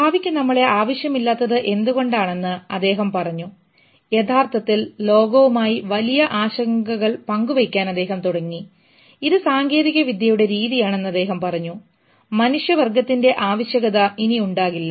ഭാവിക്ക് നമ്മളെ ആവശ്യമില്ലാത്തത് എന്തുകൊണ്ടാണെന്ന് അദ്ദേഹം പറഞ്ഞു യഥാർത്ഥത്തിൽ ലോകവുമായി വലിയ ആശങ്കകൾ പങ്കുവെക്കാൻ അദ്ദേഹം തുടങ്ങി ഇത് സാങ്കേതികവിദ്യയുടെ രീതിയാണെന്ന് അദ്ദേഹം പറഞ്ഞു മനുഷ്യവർഗ്ഗത്തിൻറെ ആവശ്യകത ഇനി ഉണ്ടാകില്ല